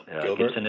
Gilbert